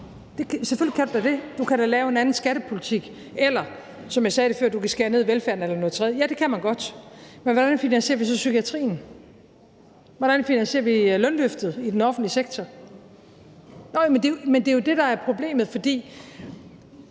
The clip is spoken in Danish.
Selvfølgelig kan du da det; du kan da lave en anden skattepolitik, eller du kan, som jeg sagde før, skære ned på velfærden eller noget tredje. Ja, det kan man godt. Men hvordan finansierer vi så psykiatrien? Hvordan finansierer vi lønløftet i den offentlige sektor? Det er jo det, der er problemet. For